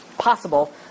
Possible